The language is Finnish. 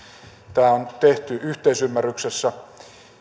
tämä on tehty yhteisymmärryksessä